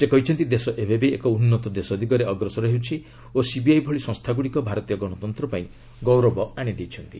ସେ କହିଛନ୍ତି ଦେଶ ଏବେବି ଏକ ଉନ୍ନତ ଦେଶ ଦିଗରେ ଅଗ୍ରସର ହେଉଛି ଓ ସିବିଆଇ ଭଳି ସଂସ୍ଥାଗୁଡ଼ିକ ଭାରତୀୟ ଗଣତନ୍ତ୍ର ପାଇଁ ଗୌରବ ଆଣିଦେଇଛନ୍ତି